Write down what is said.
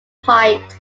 piped